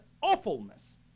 awfulness